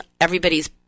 everybody's